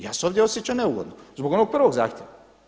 Ja se ovdje osjećam neugodno zbog onog prvog zahtjeva.